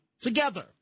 together